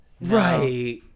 Right